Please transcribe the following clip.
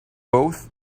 both